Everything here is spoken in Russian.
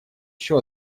еще